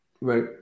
right